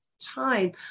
time